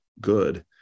good